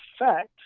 effect